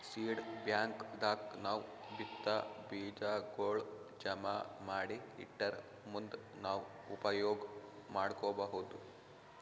seed bank ದಾಗ್ ನಾವ್ ಬಿತ್ತಾ ಬೀಜಾಗೋಳ್ ಜಮಾ ಮಾಡಿ ಇಟ್ಟರ್ ಮುಂದ್ ನಾವ್ ಉಪಯೋಗ್ ಮಾಡ್ಕೊಬಹುದ್